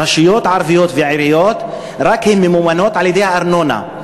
רשויות ערביות ועיריות ממומנות רק על-ידי הארנונה,